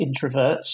introverts